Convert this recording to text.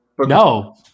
No